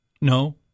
No